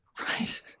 Right